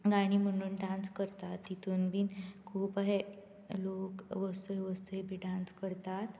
गाणी म्हणून डान्स करतात तितूंत बीन खूब अहे लोक डान्स करतात